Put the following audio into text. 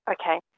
Okay